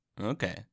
Okay